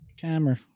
camera